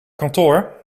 kantoor